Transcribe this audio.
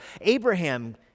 Abraham